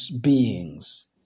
beings